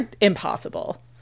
impossible